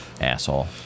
Asshole